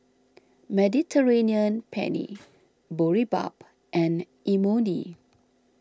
Mediterranean Penne Boribap and Imoni